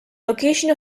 location